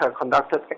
conducted